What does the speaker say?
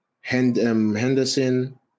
Henderson